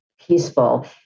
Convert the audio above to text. peaceful